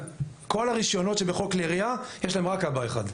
כל הרישיונות שבחוק כלי ירייה - יש להם רק אבא אחד.